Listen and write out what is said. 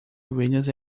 ovelhas